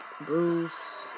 Bruce